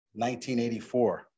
1984